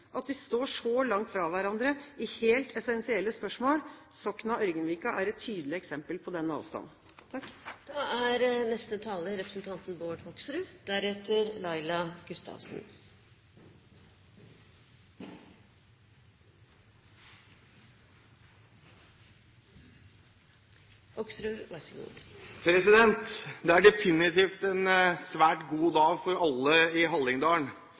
at de står så langt fra hverandre i helt essensielle spørsmål. Sokna–Ørgenvika er et tydelig eksempel på den avstanden. Det er